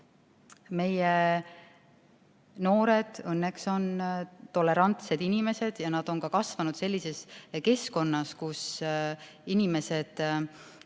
Meie noored on õnneks tolerantsed inimesed ja nad on ka kasvanud sellises keskkonnas, kus ei ole